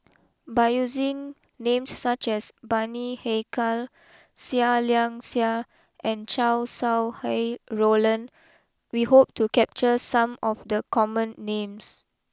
by using names such as Bani Haykal Seah Liang Seah and Chow Sau Hai Roland we hope to capture some of the common names